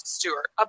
Stewart